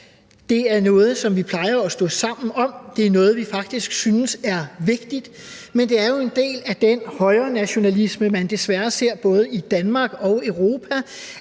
Det er noget, som vi plejer at stå sammen om; det er noget, som vi faktisk synes er vigtigt. Men det er jo en del af den højrenationalisme, som man desværre ser både i Danmark og i Europa,